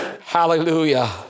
Hallelujah